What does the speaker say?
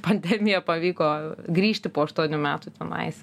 pandemiją pavyko grįžti po aštuonių metų tenais